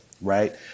right